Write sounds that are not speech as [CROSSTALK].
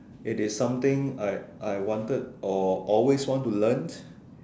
it is something I I wanted or always want to learn [BREATH]